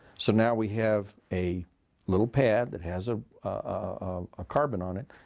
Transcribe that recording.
so now we have a little pad that has ah ah a carbon on it.